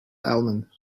almond